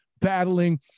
battling